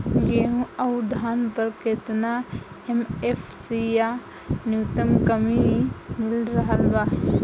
गेहूं अउर धान पर केतना एम.एफ.सी या न्यूनतम कीमत मिल रहल बा?